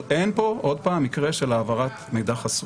אבל אין פה מקרה של העברת מידע חסוי.